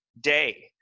day